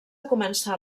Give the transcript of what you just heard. començar